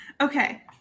Okay